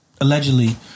allegedly